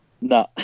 no